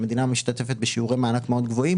המדינה משתתפת בשיעורי מענק מאוד גבוהים